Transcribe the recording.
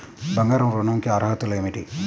బంగారు ఋణం కి అర్హతలు ఏమిటీ?